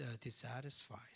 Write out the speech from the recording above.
dissatisfied